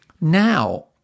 Now